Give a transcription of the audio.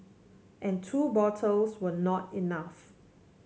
and two bottles were not enough